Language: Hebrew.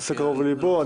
שהנושא קרוב ללבו.